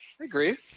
agree